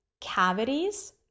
Cavities